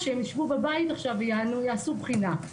שהם ישבו בבית עכשיו ויעשו בחינה.